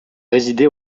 résidé